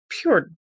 pure